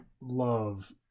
love